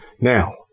Now